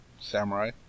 Samurai